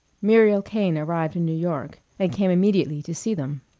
muriel kane arrived in new york and came immediately to see them.